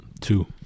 Two